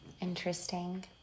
Interesting